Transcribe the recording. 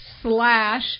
slash